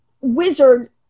wizard